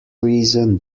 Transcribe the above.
reason